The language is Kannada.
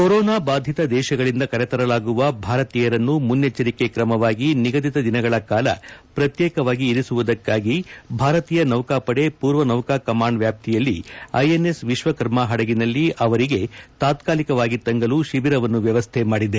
ಕೊರೊನಾ ಬಾಧಿತ ದೇಶಗಳಿಂದ ಕರೆತರಲಾಗುವ ಭಾರತೀಯರನ್ನು ಮುನ್ನೆಚ್ಚರಿಕೆ ಕ್ರಮವಾಗಿ ನಿಗದಿತ ದಿನಗಳ ಕಾಲ ಪ್ರತ್ಯೇಕವಾಗಿ ಇರಿಸುವುದಕ್ಕಾಗಿ ಭಾರತೀಯ ನೌಕಾಪಡೆ ಪೂರ್ವ ನೌಕಾ ಕಮಾಂಡ್ ವ್ಯಾಪ್ತಿಯಲ್ಲಿ ಐಎನ್ಎಸ್ ವಿಶ್ವಕರ್ಮ ಹಡಗಿನಲ್ಲಿ ಅವರಿಗೆ ತಾತ್ಕಾಲಿಕವಾಗಿ ತಂಗಲು ಶಿಬಿರವನ್ನು ವ್ಯವಸ್ಥೆ ಮಾಡಿದೆ